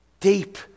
Deep